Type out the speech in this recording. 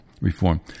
reform